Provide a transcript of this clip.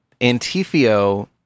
Antifio